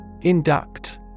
Induct